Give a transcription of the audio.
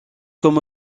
comme